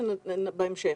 או בהמשך?